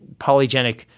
polygenic